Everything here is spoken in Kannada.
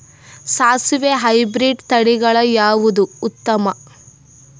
ಸಾಸಿವಿ ಹೈಬ್ರಿಡ್ ತಳಿಗಳ ಯಾವದು ಉತ್ತಮ?